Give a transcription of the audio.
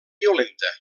violenta